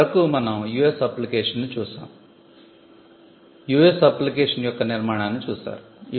ఇప్పటి వరకు US application ను చూసాం యుఎస్ అప్లికేషన్ యొక్క నిర్మాణాన్ని చూశారు